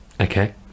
Okay